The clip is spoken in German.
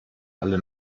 alle